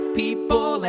people